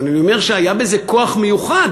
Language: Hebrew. אבל אני אומר שהיה בזה כוח מיוחד,